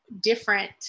different